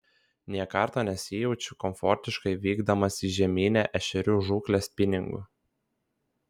nė karto nesijaučiu komfortiškai vykdamas į žieminę ešerių žūklę spiningu